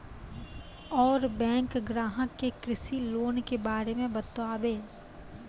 और बैंक ग्राहक के कृषि लोन के बारे मे बातेबे?